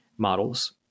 Models